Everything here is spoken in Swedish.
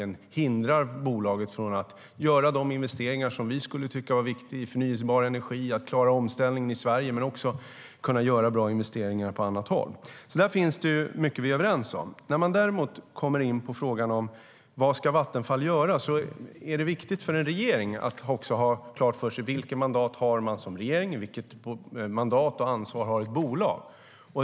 Detta hindrar bolaget från att göra de investeringar i förnybar energi som vi tycker är viktiga och att klara omställningen i Sverige och också att kunna göra bra investeringar på annat håll. Det finns alltså mycket som vi är överens om. När man däremot kommer in på frågan om vad Vattenfall ska göra är det viktigt för en regering att också ha klart för sig vilket mandat man har som regering och vilket mandat och ansvar som ett bolag har.